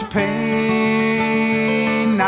pain